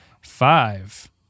five